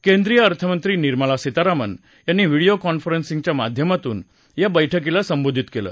केंद्रीय अर्थमंत्री निर्मला सीतारामन यांनी व्हिडिओ कॉन्फरन्सिंगच्या माध्यमातून या बैठकीला संबोधित केलं